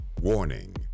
Warning